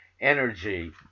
energy